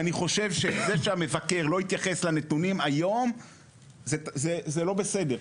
אני חושב שזה שהמבקר לא התייחס לנתונים היום זה לא בסדר.